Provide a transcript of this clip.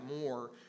more